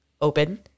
open